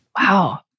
Wow